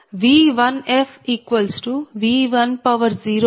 V1fV10 Z14Z44V401